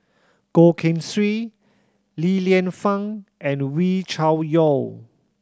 Goh Keng Swee Li Lienfung and Wee Cho Yaw